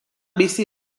bizi